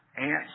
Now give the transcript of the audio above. Ant's